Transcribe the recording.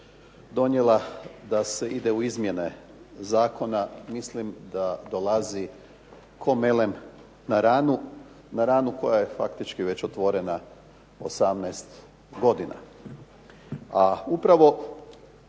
donijela da se ide u izmjene zakona mislim da dolazi kao melem na ranu, na ranu koja je faktički već otvorena 18 godina. A upravo